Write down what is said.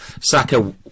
Saka